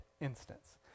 instance